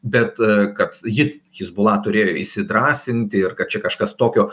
bet kad ji hezbollah turėjo įsidrąsinti ir kad čia kažkas tokio